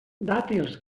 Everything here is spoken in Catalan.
dàtils